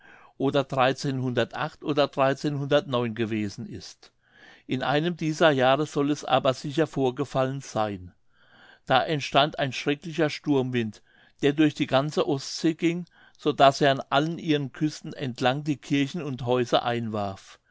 oder oder gewesen ist in einem dieser jahre soll es aber sicher vorgefallen seyn da entstand ein schrecklicher sturmwind der durch die ganze ostsee ging so daß er an allen ihren küsten entlang die kirchen und häuser einwarf